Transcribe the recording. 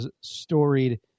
storied